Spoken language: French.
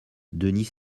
denis